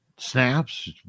snaps